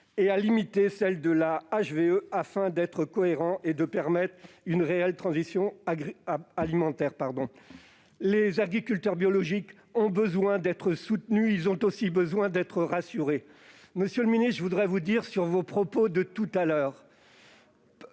et à limiter celle de la HVE, afin de faire preuve de cohérence et de permettre une réelle transition alimentaire. Les agriculteurs biologiques ont besoin d'être soutenus ; ils ont aussi besoin d'être rassurés. Monsieur le ministre, je tiens à vous dire que les propos que vous avez